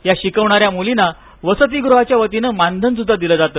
या शिकवणाऱ्या मुलींना वसतिगृहाच्या वतीन मानधन स्ुद्धा दिल जात